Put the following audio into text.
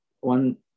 one